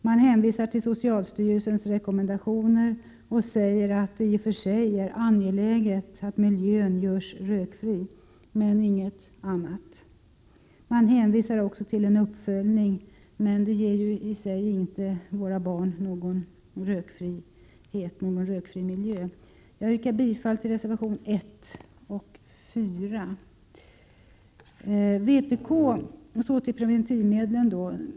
Man hänvisar till socialstyrelsens rekommendationer och säger att det i och för sig är angeläget att miljön görs rökfri — men inget annat. Man hänvisar också till en uppföljning, men det ger ju i sig inte våra barn någon rökfri miljö. Jag yrkar bifall till reservationerna 1 och 4. Så till preventivmedlen.